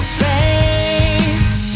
face